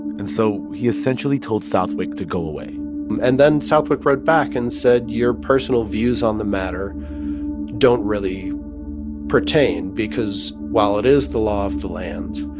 and so he essentially told southwick to go away and then southwick wrote back and said, your personal views on the matter don't really pertain because while it is the law of the land,